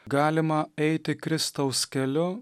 galima eiti kristaus keliu